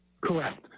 Correct